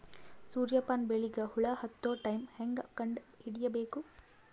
ಸೂರ್ಯ ಪಾನ ಬೆಳಿಗ ಹುಳ ಹತ್ತೊ ಟೈಮ ಹೇಂಗ ಕಂಡ ಹಿಡಿಯಬೇಕು?